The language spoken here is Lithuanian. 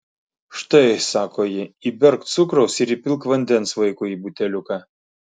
štai sako ji įberk cukraus ir įpilk vandens vaikui į buteliuką